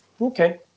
okay